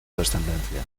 descendencia